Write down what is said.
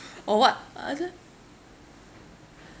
or what I say